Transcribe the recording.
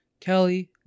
Kelly